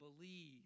believe